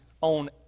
on